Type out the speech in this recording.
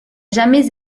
jamais